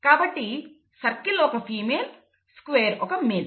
కాబట్టి సర్కిల్ ఒక female square ఒక మేల్